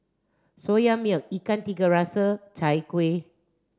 soya milk ikan tiga rasa chai kuih